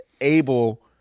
able